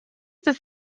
this